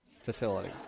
facility